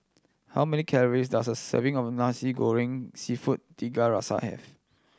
how many calories does a serving of Nasi Goreng Seafood Tiga Rasa have